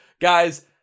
guys